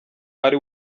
ari